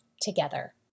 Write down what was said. together